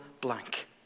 blank